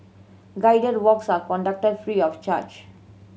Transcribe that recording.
guided walks are conducted free of charge